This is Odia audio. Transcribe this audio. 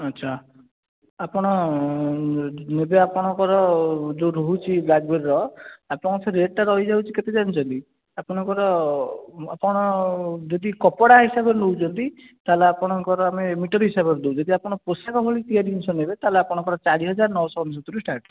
ଆଚ୍ଛା ଆପଣ ନେବେ ଆପଣଙ୍କର ଯେଉଁ ରହୁଛି ବ୍ଲାକ୍ବେରୀର ଆପଣଙ୍କ ସେ ରେଟ୍ଟା ରହିଯାଉଛି କେତେ ଜାଣିଛନ୍ତି ଆପଣଙ୍କର ଆପଣ ଯଦି କପଡ଼ା ହିସାବରେ ନେଉଛନ୍ତି ତାହେଲେ ଆପଣଙ୍କର ଆମେ ମିଟର୍ ହିସାବରେ ଦେଉ ଯଦି ଆପଣ ପୋଷାକ ଭଳି ତିଆରି ଜିନିଷ ନେବେ ତାହେଲେ ଆପଣଙ୍କର ଚାରି ହଜାର ନଅଶହ ଅନେଶ୍ୱତରୁ ଷ୍ଟାର୍ଟ୍